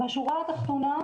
בשורה התחתונה,